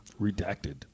Redacted